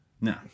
no